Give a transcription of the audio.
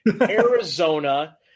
Arizona